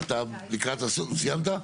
סיימת?